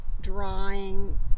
drawing